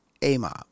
AMOB